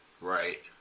Right